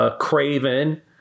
Craven